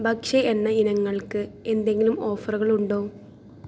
ഭക്ഷ്യ എണ്ണ ഇനങ്ങൾക്ക് എന്തെങ്കിലും ഓഫറുകളുണ്ടോ